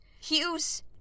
Hughes